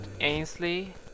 Ainsley